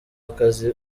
akazi